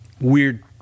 weird